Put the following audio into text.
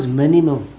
minimal